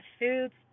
foods